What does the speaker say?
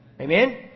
Amen